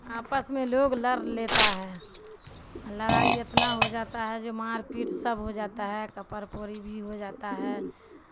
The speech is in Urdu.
آپس میں لوگ لر لیتا ہے لڑائی اتنا ہو جاتا ہے جو مار پیٹ سب ہو جاتا ہے کپڑ پوری بھی ہو جاتا ہے